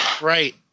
Right